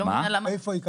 איפה?